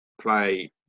play